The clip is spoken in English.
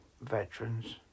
Veterans